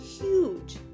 huge